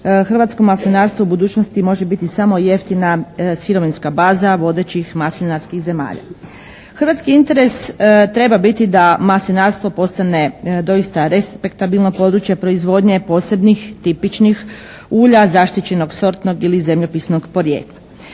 hrvatsko maslinarstvo u budućnosti može biti samo jeftina sirovinska baza vodećih maslinarskih zemalja. Hrvatski interes treba biti da maslinarstvo postane doista respektabilno područje proizvodnje posebnih, tipičnih ulja zaštićenog sortnog ili zemljopisnog porijekla.